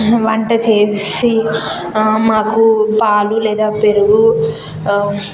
వంట చేసి మాకు పాలు లేదా పెరుగు